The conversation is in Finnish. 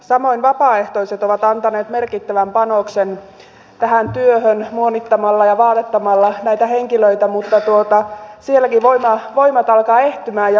samoin vapaaehtoiset ovat antaneet merkittävän panoksen tähän työhön muonittamalla ja vaatettamalla näitä henkilöitä mutta sielläkin voimat alkavat ehtymään ja loppumaan